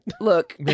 look